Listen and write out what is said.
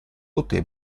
poté